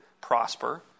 prosper